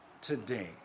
Today